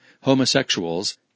homosexuals